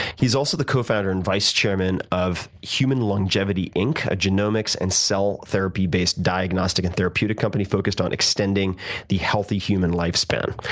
he's also the co-founder and vice chairman of human longevity inc, a genomics and cell therapy based diagnostic and therapeutic company focused on extending the health human lifespan.